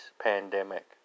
pandemic